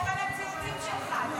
חבר הכנסת אלמוג כהן,